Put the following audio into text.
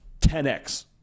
10x